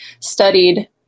studied